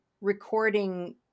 recording